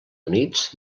units